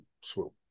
swoop